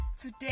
today